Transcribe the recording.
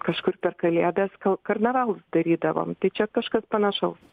kažkur per kalėdas ka karnavalus darydavom tai čia kažkas panašaus